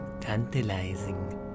tantalizing